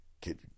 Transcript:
Kid